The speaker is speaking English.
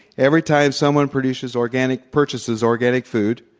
every timesomeone purchases organic purchases organic food,